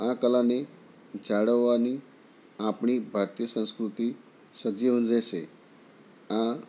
આ કલાને જાળવવાથી આપણી ભારતીય સંસ્કૃતિ સજીવન રહેશે આ